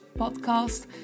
podcast